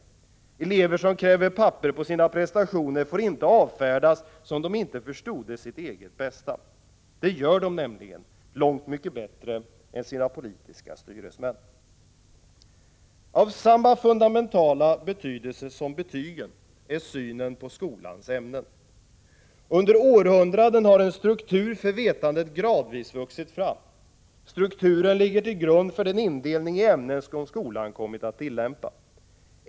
Elever som kräver papper på sina prestationer får inte avfärdas som om de inte förstod sitt eget bästa. Det gör de nämligen, långt mycket bättre än sina politiska styresmän. Av samma fundamentala betydelse som betygen är synen på skolans ämnen. Under århundraden har en struktur för vetande gradvis vuxit fram. Strukturen ligger till grund för den indelning i ämnen som skolan kommit att tillämpa.